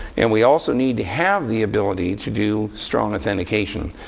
and we also need to have the ability to do strong authentication.